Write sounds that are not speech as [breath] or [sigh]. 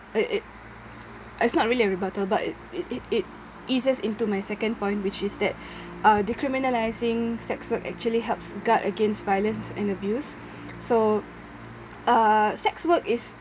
uh it it's not really a rebuttal but it it it eases into my second point which is that [breath] uh discriminalising sex work actually helps guard against violence and abuse [breath] so uh sex work is